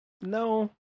no